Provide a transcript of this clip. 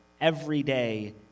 everyday